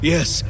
Yes